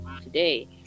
today